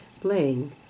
playing